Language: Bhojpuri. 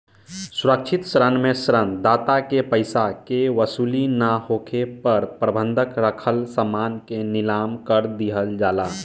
सुरक्षित ऋण में ऋण दाता के पइसा के वसूली ना होखे पर बंधक राखल समान के नीलाम कर दिहल जाला